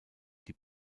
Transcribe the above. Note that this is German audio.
die